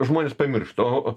žmonės pamiršta o